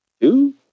two